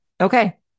okay